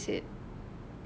Subway what is it